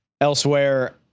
elsewhere